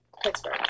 Pittsburgh